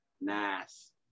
Nice